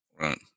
Right